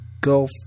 go